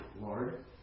Lord